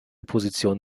position